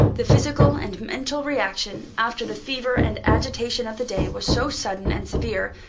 the physical and mental reaction, after the fever and agitation of the day, was so sudden and severe,